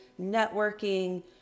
networking